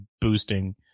boosting